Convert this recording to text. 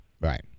right